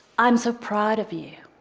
i'm so proud of you.